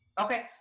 Okay